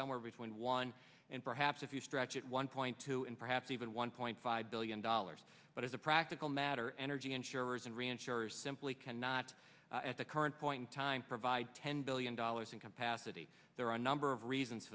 somewhere between one and perhaps if you stretch it one point two and perhaps even one point five billion dollars but as a practical matter energy insurers and reinsurers simply cannot at the current point time provide ten billion dollars in capacity there are a number of reasons